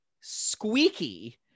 Squeaky